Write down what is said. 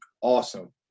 awesome